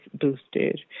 boosted